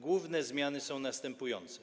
Główne zmiany są następujące.